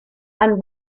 and